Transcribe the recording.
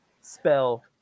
Spell